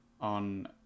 on